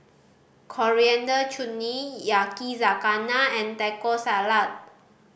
Coriander Chutney Yakizakana and Taco Salad